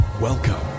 Welcome